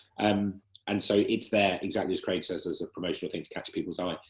um and so it's there, exactly as craig says, as a promotional thing to catch people's eye.